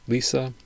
Lisa